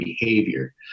behavior